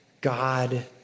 God